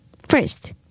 First